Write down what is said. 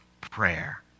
Prayer